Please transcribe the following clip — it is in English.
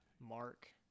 Mark